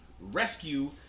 rescue